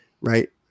right